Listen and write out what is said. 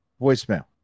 voicemail